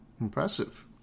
impressive